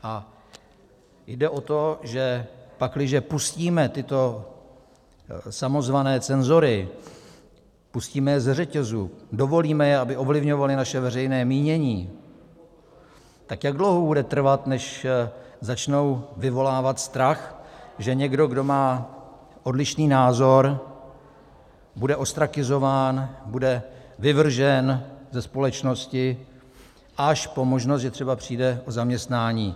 A jde o to, že pakliže pustíme tyto samozvané cenzory, pustíme je ze řetězu, dovolíme, aby ovlivňovali naše veřejné mínění, tak jak dlouho bude trvat, než začnou vyvolávat strach, že někdo, kdo má odlišný názor, bude ostrakizován, bude vyvržen ze společnosti, až po možnost, že třeba přijde o zaměstnání?